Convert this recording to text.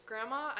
Grandma